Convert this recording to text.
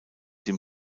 dem